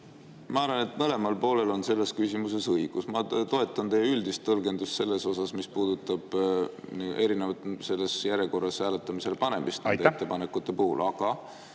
Ma arvan, et mõlemal poolel on selles küsimuses õigus. Ma toetan teie üldist tõlgendust selles osas, mis puudutab selles järjekorras hääletamisele panemist